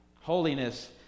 Holiness